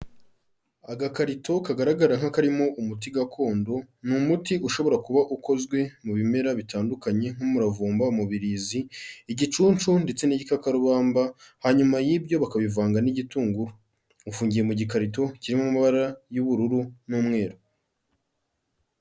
Agakarito kagaragara nk'akarimo umuti gakondo, ni umuti ushobora kuba ukozwe mu bimera bitandukanye nk'umuravumba, umubirizi, igicuncu ndetse n'igikakarubamba hanyuma y'ibyo bakabivanga n'igitunguru, ufungiye mu gikarito kirimo amabara y'ubururu n'umweru.